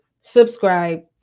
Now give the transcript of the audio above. Subscribe